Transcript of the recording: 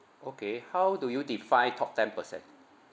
okay how do you define top ten percent